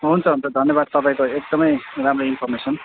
हुन्छ हुन्छ धन्यवाद तपाईँको एकदमै राम्रो इन्फर्मेसन हुन्छ